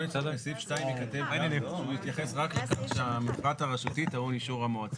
בסעיף 2 ייכתב שהוא מתייחס רק לכך שהמפרט הרשותי טעון אישור המועצה.